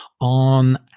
on